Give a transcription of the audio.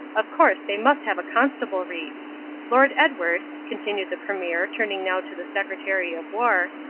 of course they must have a constabulary. lord edward, continued the premier, turning now to the secretary of war,